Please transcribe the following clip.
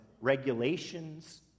regulations